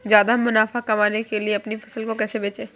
ज्यादा मुनाफा कमाने के लिए अपनी फसल को कैसे बेचें?